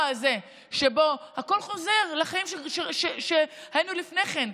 הזה שבו הכול חוזר לחיים שחיינו לפני כן,